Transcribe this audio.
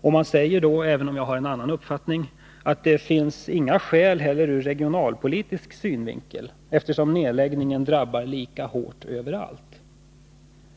Och man säger — även om jag har en annan uppfattning — att det inte heller finns några skäl ur regionalpolitisk synvinkel, eftersom en nedläggning drabbar lika hårt överallt.